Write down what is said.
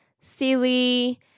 silly